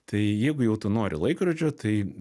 tai jeigu jau tu nori laikrodžio tai